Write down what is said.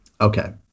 Okay